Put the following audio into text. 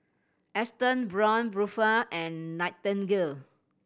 Astons Braun Buffel and Nightingale